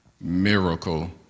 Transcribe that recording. miracle